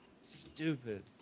Stupid